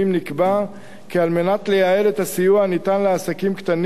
נקבע כי "כדי לייעל את הסיוע הניתן לעסקים קטנים,